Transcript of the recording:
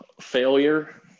failure